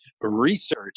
research